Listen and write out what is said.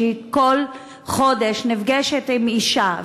שהיא כל חודש נפגשת עם אישה,